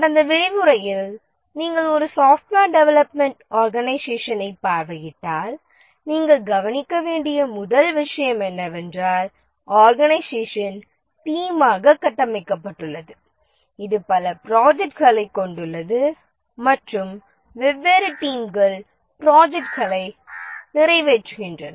கடந்த விரிவுரையில் நீங்கள் ஒரு சாப்ட்வேர் டெவெலப்மென்ட் ஆர்கனைசேஷனை பார்வையிட்டால் நீங்கள் கவனிக்க வேண்டிய முதல் விஷயம் என்னவென்றால் ஆர்கனைசேஷன் டீம்மாக கட்டமைக்கப்பட்டுள்ளது இது பல ப்ராஜெக்ட்களை கொண்டுள்ளது மற்றும் வெவ்வேறு டீம்கள் ப்ராஜெக்ட்களை நிறைவேற்றுகின்றன